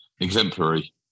exemplary